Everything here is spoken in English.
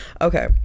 okay